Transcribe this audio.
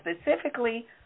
specifically